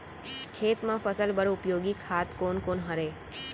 खेत म फसल बर उपयोगी खाद कोन कोन हरय?